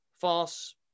false